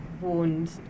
warned